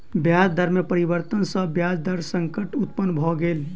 ब्याज दर में परिवर्तन सॅ ब्याज दर संकट उत्पन्न भ गेल